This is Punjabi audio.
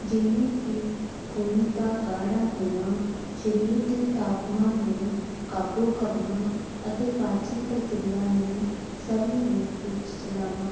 ਜਿਵੇਂ ਕੀ ਖੂਨ ਦਾ ਗਾੜਾ ਹੋਣਾ ਸ਼ਰੀਰ ਦੇ ਤਾਪਮਾਨ ਨੂੰ ਕਾਬੂ ਕਰਨਾ ਅਤੇ ਪਾਚਨ ਪ੍ਰਕਿਰਿਆ ਨੂੰ ਸਹੀ ਰੂਪ ਵਿੱਚ ਚਲਾਣਾ